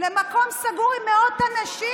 למקום סגור עם מאות אנשים?